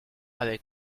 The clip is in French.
avec